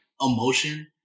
emotion